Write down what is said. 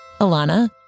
Alana